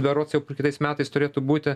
berods jau p kitais metais turėtų būti